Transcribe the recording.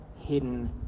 hidden